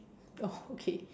oh okay